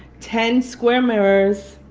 ten square mirrors,